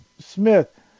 Smith